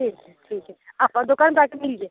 ठीक है ठीक है आप दुकान पर आ कर मिल लीजिए